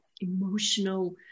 emotional